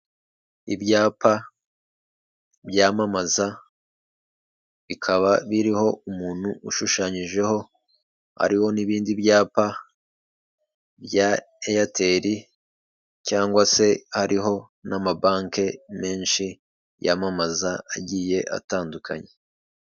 Ibyapa byamamaza, bikaba biriho umuntu ushushanyijeho, hariho n'ibindi byapa bya eyateli, cyangwa se hariho n'amabanke menshi yamamaza, agiye atandukanye.